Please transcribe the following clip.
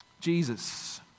Jesus